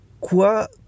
quoi